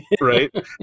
right